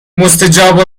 مستجاب